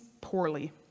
poorly